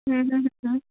हूं हूं हूं